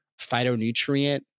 phytonutrient